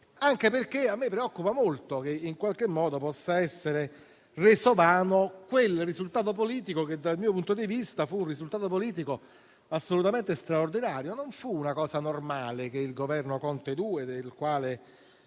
anche perché a me preoccupa molto che in qualche modo possa essere reso vano il risultato politico che dal mio punto di vista fu assolutamente straordinario. Non fu infatti una cosa normale che il Governo Conte II, del quale